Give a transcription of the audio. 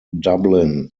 dublin